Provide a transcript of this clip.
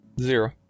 Zero